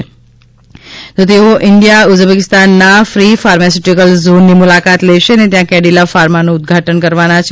મુખ્યમંત્રીશ્રી ઇન્ડિયા ઉઝબેકિસ્તાનના free pharmaceutical ઝોનની મુલાકાત લેશે અને ત્યાં કેડિલા ફાર્માનું ઉદઘાટન કરવાનાં છે